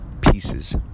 pieces